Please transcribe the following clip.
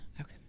Okay